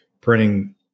printing